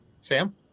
Sam